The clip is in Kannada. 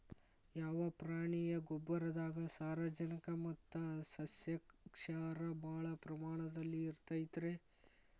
ಯಾವ ಪ್ರಾಣಿಯ ಗೊಬ್ಬರದಾಗ ಸಾರಜನಕ ಮತ್ತ ಸಸ್ಯಕ್ಷಾರ ಭಾಳ ಪ್ರಮಾಣದಲ್ಲಿ ಇರುತೈತರೇ?